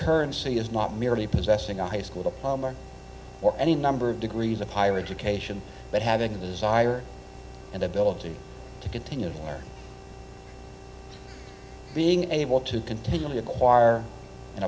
currency is not merely possessing a high school diploma or any number of degrees of higher education but having the desire and ability to continue being able to continually acquire and